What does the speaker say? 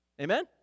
Amen